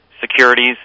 securities